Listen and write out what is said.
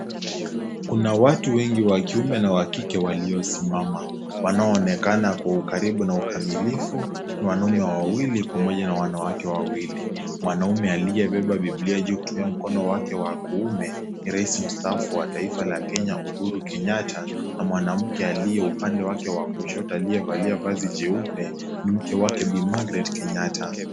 Kuna watu wengi wa kiume na wa kike, waliosimama wanaonekana kwa ukaribu na ukamilifu, wanaume wawili pamoja na wanawake wawili, mwanaume aliyebeba bibilia yake juu kutumia mkono wake wa kuume. Ni Rais mstaafu wa kenya Uhuru Kenyatta na mwanamke aliye upande wake wa kushoto aliyevalia vazi jeupe ni mke wake bi Magret Kenyatta.